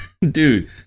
Dude